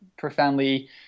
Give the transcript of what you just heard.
profoundly